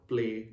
Play